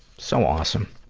so awesome.